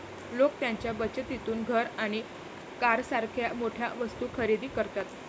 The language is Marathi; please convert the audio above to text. लोक त्यांच्या बचतीतून घर आणि कारसारख्या मोठ्या वस्तू खरेदी करतात